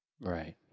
Right